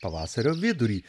pavasario vidurį